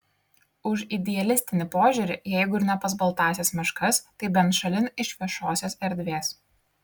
už idealistinį požiūrį jeigu ir ne pas baltąsias meškas tai bent šalin iš viešosios erdvės